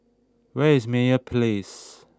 where is Meyer Place